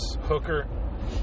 hooker